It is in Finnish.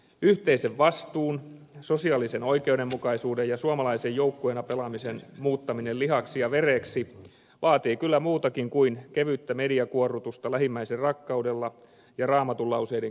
yhteisen vastuun sosiaalisen oikeudenmukaisuuden ja suomalaisen joukkueena pelaamisen muuttaminen lihaksi ja vereksi vaatii kyllä muutakin kuin kevyttä mediakuorrutusta lähimmäisenrakkaudella ja raamatunlauseiden kierrätyksellä